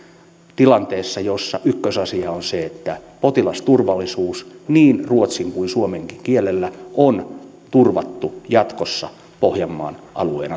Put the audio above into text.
tilanteessa jossa ykkösasia on se että potilasturvallisuus niin ruotsin kuin suomenkin kielellä on turvattu jatkossa pohjanmaan alueen